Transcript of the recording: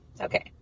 Okay